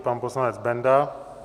Pan poslanec Benda.